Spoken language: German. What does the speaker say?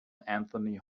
anthony